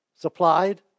supplied